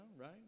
right